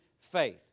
faith